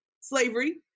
slavery